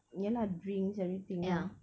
ya lah drinks everything lah